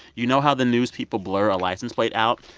you know how the news people blur a license plate out?